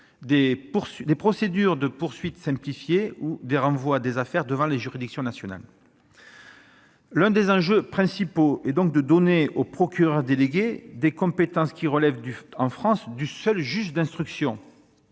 des procédures de poursuites simplifiées ou des renvois des affaires devant les juridictions nationales. L'un des enjeux principaux est donc de donner au procureur délégué des compétences qui relèvent en France du seul juge d'instruction.